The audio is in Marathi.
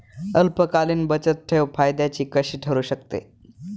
अल्पकालीन बचतठेव फायद्याची कशी ठरु शकते?